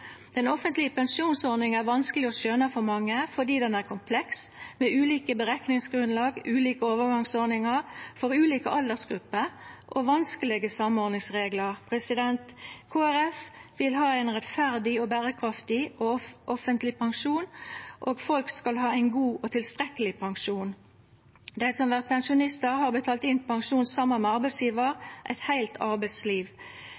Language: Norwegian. Den offentlege pensjonsordninga er vanskeleg å skjøna for mange fordi den er kompleks, med ulike berekningsgrunnlag, ulike overgangsordningar for ulike aldersgrupper og vanskelege samordningsreglar. Kristeleg Folkeparti vil ha ein rettferdig og berekraftig offentleg pensjon, og folk skal ha ein god og tilstrekkeleg pensjon. Dei som vert pensjonistar, har betalt inn pensjon saman med